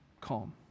calm